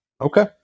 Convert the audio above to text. Okay